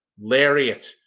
lariat